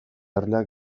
erleak